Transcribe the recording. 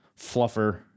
fluffer